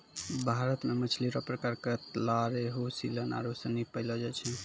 भारत मे मछली रो प्रकार कतला, रेहू, सीलन आरु सनी पैयलो जाय छै